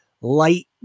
light